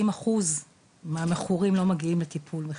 אחוז מהמכורים לא מגיעים לטיפול בכלל,